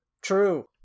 True